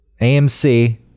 AMC